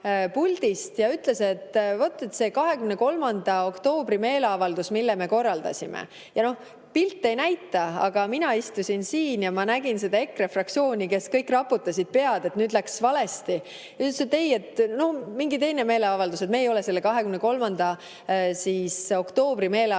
ja ütles, et vaat see 23. oktoobri meeleavaldus, mille me korraldasime. No pilt ei näita, aga mina istusin siin ja ma nägin EKRE fraktsiooni [liikmeid], kes kõik raputasid pead, et nüüd läks valesti. Ta ütles, et ei, mingi teine meeleavaldus, me ei ole selle 23. oktoobri meeleavaldusega